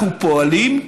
אנחנו פועלים,